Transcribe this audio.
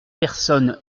personne